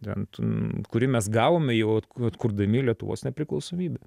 ten kurį mes gavome jau vat atkurdami lietuvos nepriklausomybę